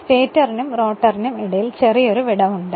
സ്റ്റേറ്ററിനും റോട്ടറിനും ഇടയിൽ ചെറിയെരു വിടവുണ്ട്